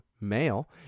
male